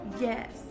yes